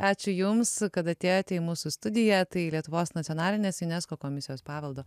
ačiū jums kad atėjote į mūsų studiją tai lietuvos nacionalinės unesco komisijos paveldo